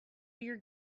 your